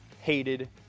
hated